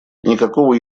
никакого